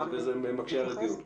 וזהב מקשה על הדיון.